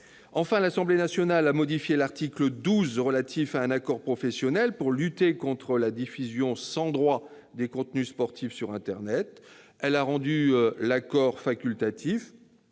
Enfin, l'Assemblée nationale a modifié l'article 12, relatif à un accord professionnel pour lutter contre la diffusion sans droit de contenus sportifs sur internet. Elle a rendu l'accord facultatif,